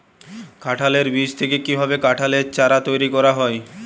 কাঁঠালের বীজ থেকে কীভাবে কাঁঠালের চারা তৈরি করা হয়?